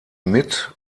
mit